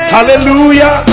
Hallelujah